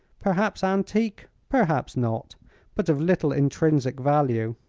perhaps antique perhaps not but of little intrinsic value.